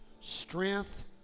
strength